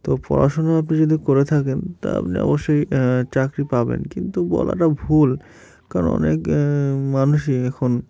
তো পড়াশুনা আপনি যদি করে থাকেন তা আপনি অবশ্যই চাকরি পাবেন কিন্তু বলাটা ভুল কারণ অনেক মানুষই এখন